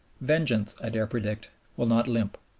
vengeance, i dare predict, will not limp.